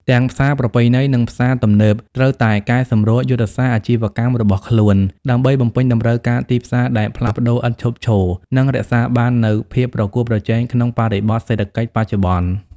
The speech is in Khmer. ទាំងផ្សារប្រពៃណី និងផ្សារទំនើបត្រូវតែកែសម្រួលយុទ្ធសាស្ត្រអាជីវកម្មរបស់ខ្លួន ដើម្បីបំពេញតម្រូវការទីផ្សារដែលផ្លាស់ប្តូរឥតឈប់ឈរ និងរក្សាបាននូវភាពប្រកួតប្រជែងក្នុងបរិបទសេដ្ឋកិច្ចបច្ចុប្បន្ន។